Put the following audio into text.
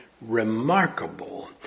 remarkable